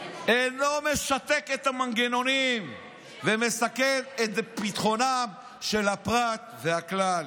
אינו משתק את המנגנונים ומסכן את ביטחונם של הפרט והכלל.